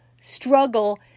struggle